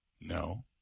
No